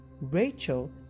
Rachel